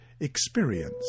experience